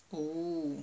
oh